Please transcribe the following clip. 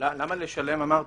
למה לשלם אמרתי,